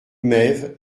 mesves